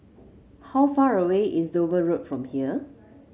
how far away is Dover Road from here